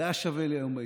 זה היה שווה לי יום ביציאה.